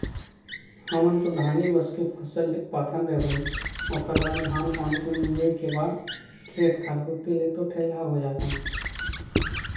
हमन तो धाने बस के फसल ले पाथन रे भई ओखर बाद धान पान के मिंजई के बाद खेत खार कोती ले तो ठेलहा हो जाथन